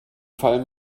fall